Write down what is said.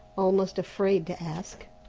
almost afraid to ask.